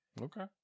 okay